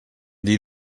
dir